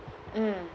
mm